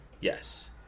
Yes